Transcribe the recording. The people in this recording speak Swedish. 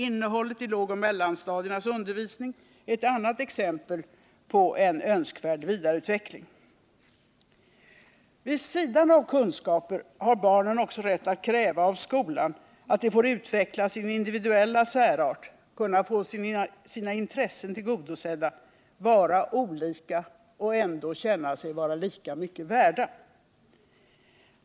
Innehållet i lågoch mellanstadiernas undervisning är ett annat exempel på en önskvärd vidareutveckling. Nr 166 Vid sidan av kunskaper har barnen också rätt att kräva av skolan att de får Tisdagen den utveckla sin individuella särart, kan få sina intressen tillgodosedda, får vara 5 juni 1979 olika och ändå känna sig lika mycket värda.